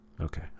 Okay